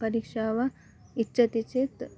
परीक्षा वा इच्छति चेत्